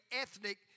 ethnic